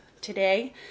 today